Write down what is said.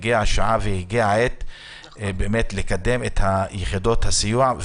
הגיעה השעה והגיעה העת לקדם את יחידות הסיוע.